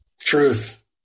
Truth